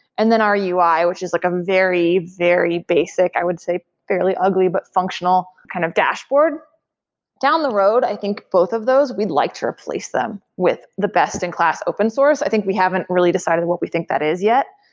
and then our ui, which is like a very, very basic, i would say fairly ugly, but functional kind of dashboard down the road, i think both of those, we'd like to replace them with the best-in-class open source. i think we haven't really decided what we think that is yet.